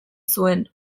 zuen